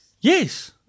Yes